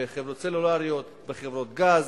בחברות סלולריות, בחברות גז,